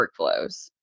workflows